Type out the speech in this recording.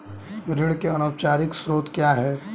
ऋण के अनौपचारिक स्रोत क्या हैं?